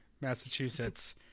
Massachusetts